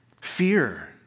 Fear